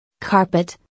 Carpet